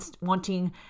wanting